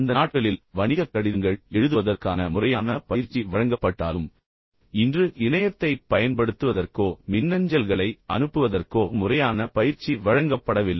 அந்த நாட்களில் கடிதங்கள் வணிகக் கடிதங்கள் மற்றும் அனைத்தையும் எழுதுவதற்கான முறையான பயிற்சி வழங்கப்பட்டாலும் இப்போதெல்லாம் இணையத்தைப் பயன்படுத்துவதற்கோ மின்னஞ்சல்களை அனுப்புவதற்கோ யாருக்கும் முறையான பயிற்சி வழங்கப்படவில்லை